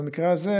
במקרה הזה,